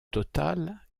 total